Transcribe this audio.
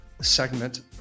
segment